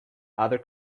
other